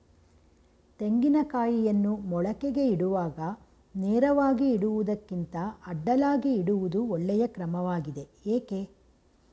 ತೆಂಗಿನ ಕಾಯಿಯನ್ನು ಮೊಳಕೆಗೆ ಇಡುವಾಗ ನೇರವಾಗಿ ಇಡುವುದಕ್ಕಿಂತ ಅಡ್ಡಲಾಗಿ ಇಡುವುದು ಒಳ್ಳೆಯ ಕ್ರಮವಾಗಿದೆ ಏಕೆ?